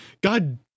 God